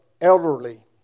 elderly